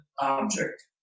object